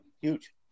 huge